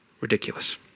Ridiculous